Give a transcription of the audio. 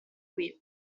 qui